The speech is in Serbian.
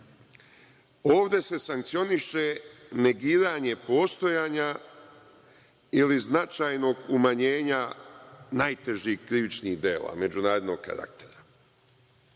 ovde se sankcioniše negiranje postojanja ili značajnog umanjenja najtežih krivičnih dela, međunarodnog karaktera.